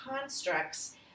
constructs